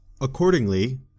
Accordingly